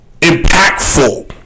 impactful